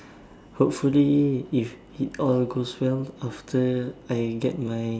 hopefully if it all goes well after I get my